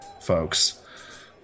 folks